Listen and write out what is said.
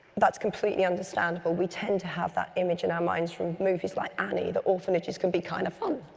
that's completely understandable. we tend to have that image in our minds, from movies like annie, that orphanages can be kind of fun!